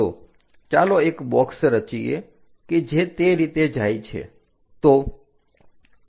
તો ચાલો એક બોક્સ રાચીએ કે જે તે રીતે જાય છે